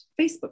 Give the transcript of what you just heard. Facebook